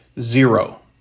zero